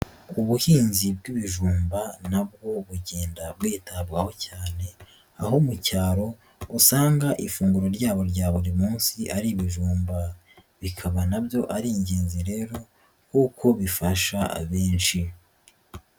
Ubuhinzi bw'ibivumba nabwo bugenda bwitabwaho cyane, aho mu cyaro usanga ifunguro ryabo rya buri munsi ari ibijumba, bikaba nabyo ari ingenzi rero kuko bifasha abenshi.